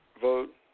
vote